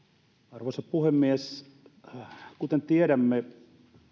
arvoisa puhemies kuten tiedämme